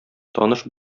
таныш